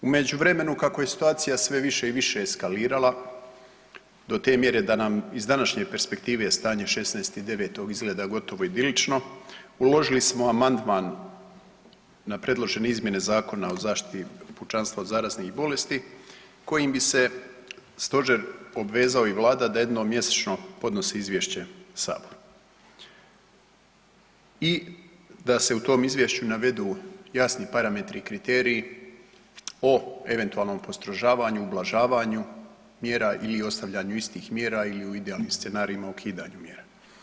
U međuvremenu kako je situacija sve više i više eskalirala do te mjere da nam iz današnje perspektive stanje 16.9. izgleda gotovo idilično uložili smo amandman na predložene izmjene Zakona o zaštiti pučanstva od zaraznih bolesti kojim bi se stožer obvezao i Vlada da jednom mjesečno podnosi izvješće saboru i da se u tom izvješću navedu jasni parametri i kriteriji o eventualnom postrožavanju, ublažavanju mjera ili ostavljanju istih mjera ili u idealnim scenarijima ukidanju mjera.